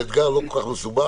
זה אתגר לא כל כך מסובך.